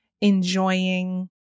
enjoying